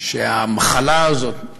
שהמחלה הזאת,